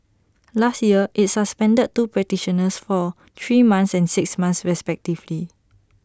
last year IT suspended two practitioners for three months and six months respectively